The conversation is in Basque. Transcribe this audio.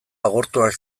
agortuak